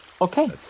okay